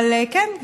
אבל כן,